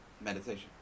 meditation